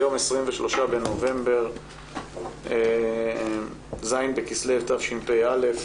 היום 23 בנובמבר 2020, ז' בכסלו התשפ"א,